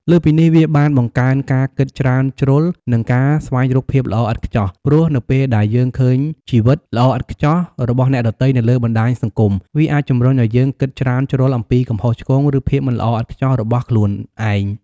លើសពីនេះវាបានបង្កើនការគិតច្រើនជ្រុលនិងការស្វែងរកភាពល្អឥតខ្ចោះ ព្រោះនៅពេលដែលយើងឃើញជីវិត"ល្អឥតខ្ចោះ"របស់អ្នកដទៃនៅលើបណ្ដាញសង្គម វាអាចជំរុញឱ្យយើងគិតច្រើនជ្រុលអំពីកំហុសឆ្គង ឬភាពមិនល្អឥតខ្ចោះរបស់ខ្លួនឯង។